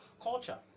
culture